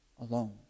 alone